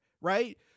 right